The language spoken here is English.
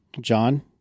john